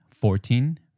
fourteen